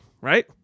right